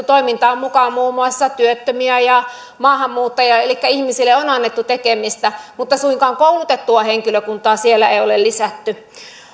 toimintaan mukaan muun muassa työttömiä ja maahanmuuttajia elikkä ihmisille on annettu tekemistä mutta suinkaan koulutettua henkilökuntaa siellä ei ole lisätty